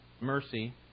mercy